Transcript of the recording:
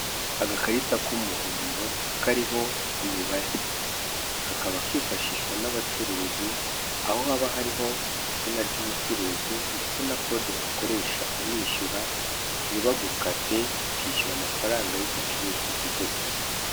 Agakarita k'umuhondo kariho imibare, kakaba kifashishwa n'abacuruzi, aho haba hariho izina ry'umucuruzi ndetse na kode wakoresha umwishyura ntibagukate, ukishyura amafaranga y'igicuruzwa uguze gusa.